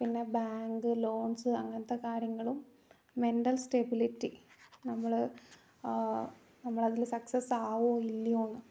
പിന്നെ bank loans അങ്ങനത്തെ കാര്യങ്ങളും മെൻ്റൽ സ്റ്റെബിലിറ്റി നമ്മൾ നമ്മൾ അതിൽ സക്സസ് ആവുമോ ഇല്ലയോ എന്ന്